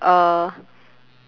uh